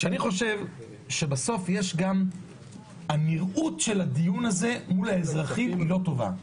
הוא שאני חושב שבסוף הנראות של הדיון הזה מול האזרחים היא לא טובה.